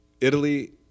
Italy